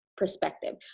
perspective